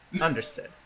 Understood